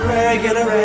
regular